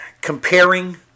comparing